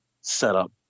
setup